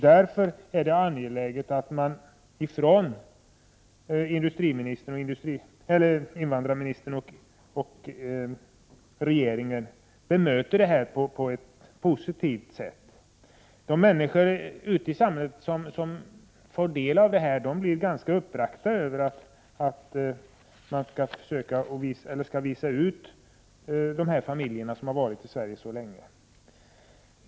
Därför är det angeläget att invandrarministern och regeringen bemöter dessa familjers önskan att få stanna på ett positivt sätt. Människor ute i samhället som får del av förhållandena blir ganska uppbragta över att dessa familjer, som har varit i Sverige så länge, skall hotas av utvisning.